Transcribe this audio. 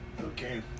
Okay